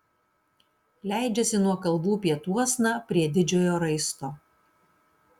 leidžiasi nuo kalvų pietuosna prie didžiojo raisto